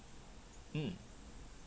mm